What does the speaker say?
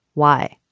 why?